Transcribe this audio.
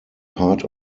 part